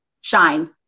shine